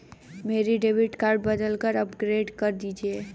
मेरा debit card बदलकर upgrade कर दीजिए